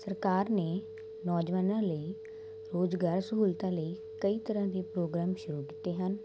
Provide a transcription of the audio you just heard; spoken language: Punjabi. ਸਰਕਾਰ ਨੇ ਨੌਜਵਾਨਾਂ ਲਈ ਰੋਜ਼ਗਾਰ ਸਹੂਲਤਾਂ ਲਈ ਕਈ ਤਰ੍ਹਾਂ ਦੇ ਪ੍ਰੋਗਰਾਮ ਸ਼ੁਰੂ ਕੀਤੇ ਹਨ